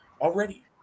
already